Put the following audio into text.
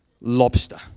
Lobster